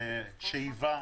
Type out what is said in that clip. בשאיבה,